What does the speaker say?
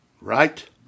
Right